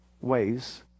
ways